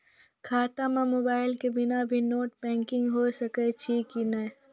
खाता म मोबाइल के बिना भी नेट बैंकिग होय सकैय छै कि नै?